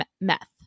meth